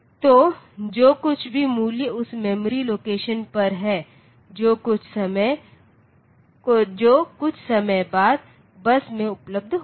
तो जो कुछ भी मूल्य उस मेमोरी लोकेशन पर है जो कुछ समय बाद बस में उपलब्ध होगा